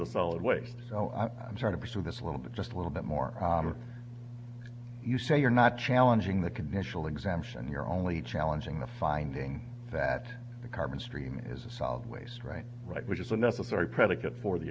fellow awake so i'm trying to pursue this a little bit just a little bit more you say you're not challenging the conventional exemption you're only challenging the finding that the carbon stream is a solid waste right right which is a necessary predicate for the